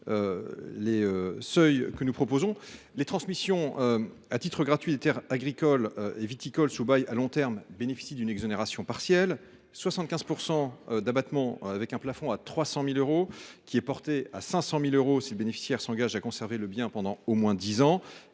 Les transmissions à titre gratuit de terres agricoles et viticoles louées à long terme bénéficient d’une exonération partielle : 75 % d’abattement avec un plafond à 300 000 euros, qui est porté à 500 000 euros si le bénéficiaire s’engage à conserver le bien pendant au moins dix ans.